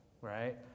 right